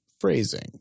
phrasing